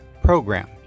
program